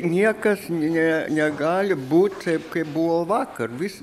niekas ne negali būt taip kaip buvo vakar vis